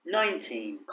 nineteen